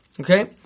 Okay